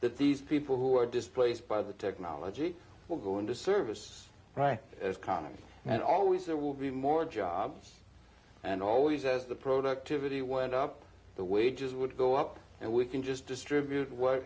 that these people who are displaced by the technology will go into service right as common and always there will be more jobs and always as the productivity went up the wages would go up and we can just distribute what